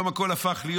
היום הכול הפך להיות,